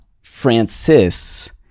Francis